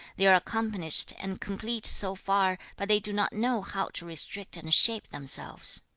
they are accomplished and complete so far, but they do not know how to restrict and shape themselves